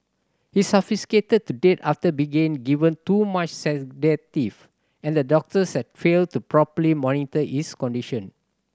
he suffocated to death after begin given too much sedative and the doctors had failed to properly monitor his condition